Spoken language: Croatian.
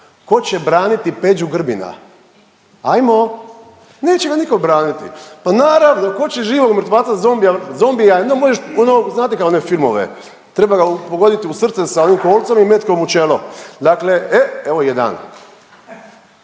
ko će braniti Peđu Grbina? Ajmo, neće ga niko braniti. Pa naravno ko će živog mrtvaca, zombija jedino možeš ono znate kao one filmove treba ga pogoditi u srce sa onim kolcom i metkom u čelo. Dakle, e evo jedan,